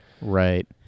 Right